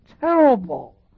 terrible